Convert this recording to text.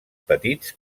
petits